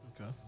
Okay